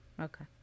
Okay